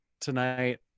tonight